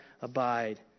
abide